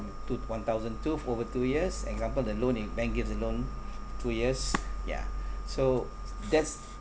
two one thousand two f~ over two years example the loan if bank gives the loan two years ya so that's